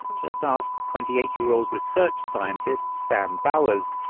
just ask twenty eight year old research scientist sam bowers.